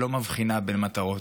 שלא מבחינה בין מטרות.